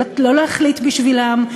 לא להחליט בשבילם,